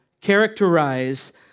characterize